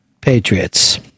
Patriots